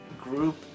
group